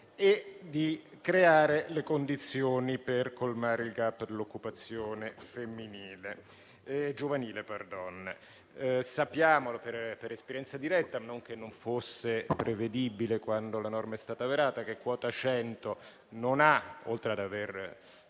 e di creare le condizioni per colmare il *gap* dell'occupazione giovanile. Sappiamo, per esperienza diretta (non che non fosse prevedibile quando la norma è stata varata), che quota 100, oltre ad aver